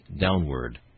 downward